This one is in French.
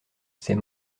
ses